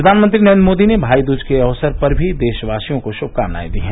प्रधानमंत्री नरेन्द्र मोदी ने भाई दूज के अवसर पर भी देशवासियों को शुभकामनाएं दी हैं